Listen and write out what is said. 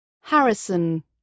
harrison